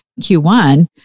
Q1